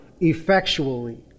effectually